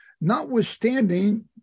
notwithstanding